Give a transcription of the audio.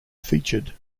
featured